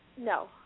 No